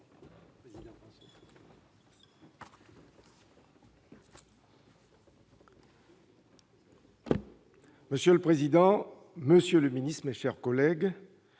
Monsieur le président, monsieur le ministre, mes chers collègues,